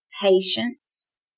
patience